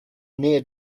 near